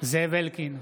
זאב אלקין,